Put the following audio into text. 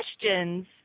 questions